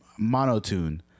monotune